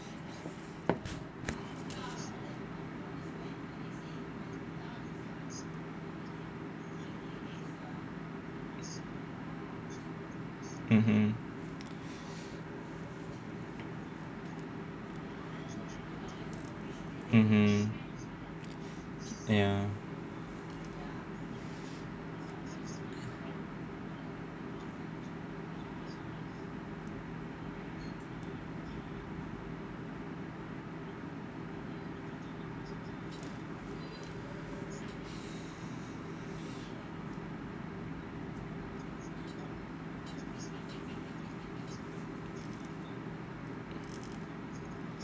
mmhmm mmhmm ya